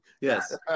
Yes